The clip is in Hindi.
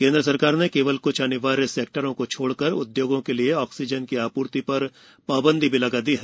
केन्द्र सरकार ने केवल क्छ अनिवार्य सेक्टरों को छोड़कर उदयोगों के लिए ऑक्सीजन की आपूर्ति पर पाबंदी भी लगा दी है